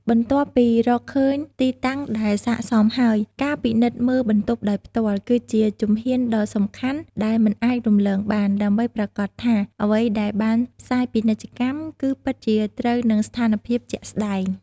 បន្ទាប់ពីរកឃើញទីតាំងដែលស័ក្តិសមហើយ ការពិនិត្យមើលបន្ទប់ដោយផ្ទាល់ គឺជាជំហានដ៏សំខាន់ដែលមិនអាចរំលងបាន ដើម្បីប្រាកដថាអ្វីដែលបានផ្សាយពាណិជ្ជកម្មគឺពិតជាត្រូវនឹងស្ថានភាពជាក់ស្តែង។